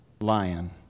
lion